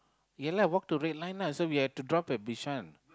ya lah walk to red line lah so we have to drop at Bishan